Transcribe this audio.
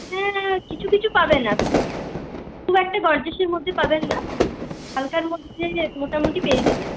হ্যাঁ কিছু কিছু পাবেন আপনি খুব একটা গর্জাসের মধ্যে পাবেন না হালকার মধ্যে মোটামুটি পেয়ে যাবেন